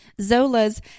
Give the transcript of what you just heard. Zola's